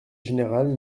général